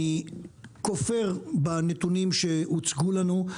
אני כופר בנתונים שהוצגו לנו,